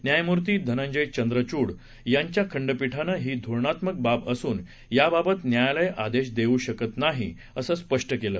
न्यायमूर्ती धनंजय चंद्रचूड यांच्या खंडपीठानं ही धोरणात्मक बाब असून त्याबाबत न्यायालय आदेश देऊ शकत नाही अस स्पष्ट केलं